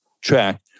track